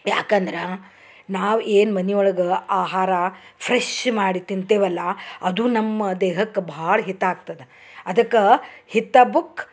ಯಾಕಂದ್ರೆ ನಾವು ಏನು ಮನೆ ಒಳಗೆ ಆಹಾರ ಫ್ರೆಶ್ ಮಾಡಿ ತಿಂತೆವಲ್ಲ ಅದು ನಮ್ಮ ದೇಹಕ್ಕೆ ಭಾಳ ಹಿತ ಆಗ್ತದ ಅದಕ್ಕೆ ಹಿತ ಬುಕ್